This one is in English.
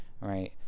right